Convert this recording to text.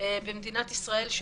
במדינת ישראל.